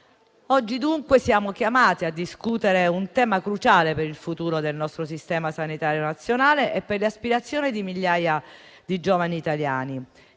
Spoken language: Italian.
Oggi, dunque, siamo chiamati a discutere un tema cruciale per il futuro del nostro Sistema sanitario nazionale e per le aspirazioni di migliaia di giovani italiani.